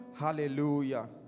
hallelujah